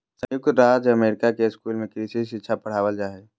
संयुक्त राज्य अमेरिका के स्कूल में कृषि शिक्षा पढ़ावल जा हइ